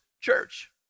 church